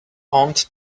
aunt